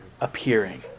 appearing